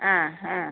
ആ ഹാ